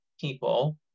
people